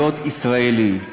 להיות ישראלי.